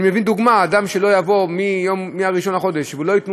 אני מביא דוגמה: אדם שלא יבוא מ-1 בחודש ולא ייתנו